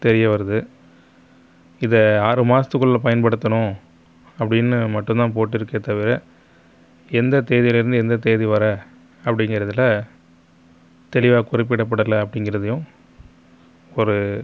தெரிய வருது இதை ஆறு மாசத்துக்குள்ளே பயன்படுத்தணும் அப்படின்னு மட்டும் தான் போட்டிருக்கே தவிர எந்த தேதிலேர்ந்து எந்த தேதி வரை அப்படிங்கிறதுலே தெளிவாக குறிப்பிடப்படலை அப்படிங்கிறதையும் ஒரு